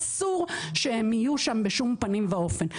אסור שהם יהיו שם בשום פנים ואופן.